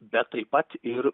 bet taip pat ir